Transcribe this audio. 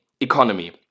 Economy